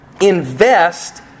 invest